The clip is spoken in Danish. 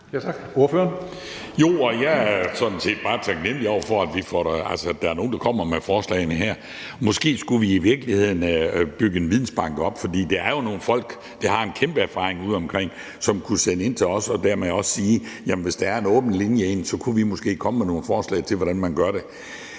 Schmidt (V): Jo, og jeg er sådan set bare taknemlig over, at der er nogle, der kommer med forslagene her. Måske skulle vi i virkeligheden bygge en vidensbank op, for der er jo nogle folk, der har en kæmpe erfaring derude, som kunne sende forslag ind til os og dermed også sige: Hvis der er en åben linje ind, kunne vi måske komme med nogle forslag til, hvordan man gør det.